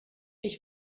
ich